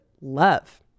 Love